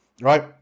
Right